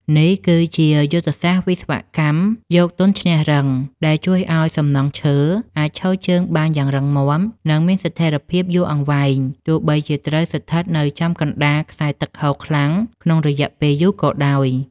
នេះគឺជាយុទ្ធសាស្ត្រវិស្វកម្ម យកទន់ឈ្នះរឹង ដែលជួយឱ្យសំណង់ឈើអាចឈរជើងបានយ៉ាងរឹងមាំ និងមានស្ថិរភាពយូរអង្វែង ទោះបីជាត្រូវស្ថិតនៅចំកណ្ដាលខ្សែទឹកហូរខ្លាំងក្នុងរយៈពេលយូរក៏ដោយ។